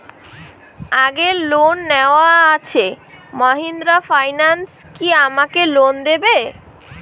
আগের লোন নেওয়া আছে মাহিন্দ্রা ফাইন্যান্স কি আমাকে লোন দেবে?